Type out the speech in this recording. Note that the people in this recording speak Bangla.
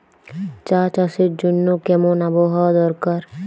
চা চাষের জন্য কেমন আবহাওয়া দরকার?